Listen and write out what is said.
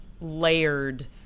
layered